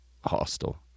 hostile